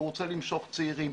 הוא רוצה למשוך צעירים.